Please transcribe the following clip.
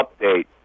update